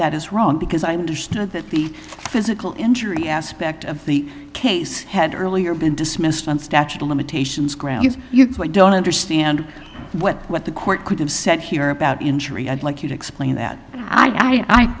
that is wrong because i understood that the physical injury aspect of the case had earlier been dismissed on statute of limitations grounds you don't understand what what the court could have said here about injury i'd like you to explain that i